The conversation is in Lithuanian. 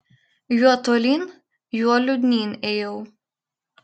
juo tolyn juo liūdnyn ėjau